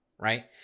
right